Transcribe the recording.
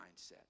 mindset